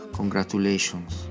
congratulations